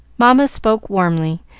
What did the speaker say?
mamma spoke warmly,